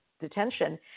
detention